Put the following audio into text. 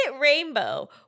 Rainbow